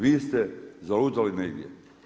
Vi ste zalutali negdje.